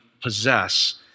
possess